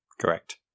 Correct